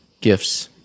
Gifts